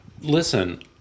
Listen